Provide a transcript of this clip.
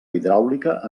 hidràulica